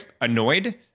annoyed